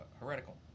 heretical